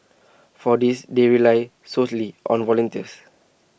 for this they rely solely on volunteers